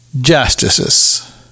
justices